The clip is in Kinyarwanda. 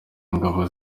ingabo